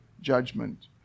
judgment